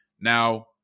Now